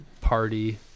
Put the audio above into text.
party